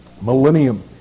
millennium